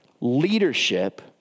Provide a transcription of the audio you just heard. Leadership